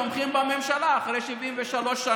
אנחנו רואים שיש ערבים שתומכים בממשלה אחרי 73 שנים,